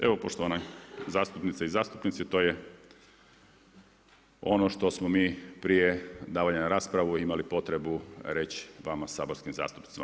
Evo poštovane zastupnice i zastupnici to je ono što smo mi prije davanja na raspravu imali potrebu reći vama saborskim zastupnicima.